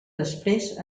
després